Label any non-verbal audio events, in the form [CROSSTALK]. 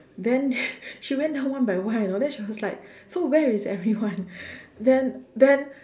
then [BREATH] she went down one by one you know then she was like so where is everyone then then